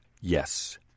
Yes